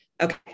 Okay